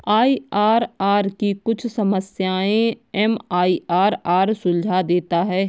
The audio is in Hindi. आई.आर.आर की कुछ समस्याएं एम.आई.आर.आर सुलझा देता है